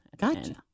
Gotcha